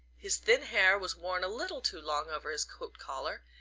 his thin hair was worn a little too long over his coat collar,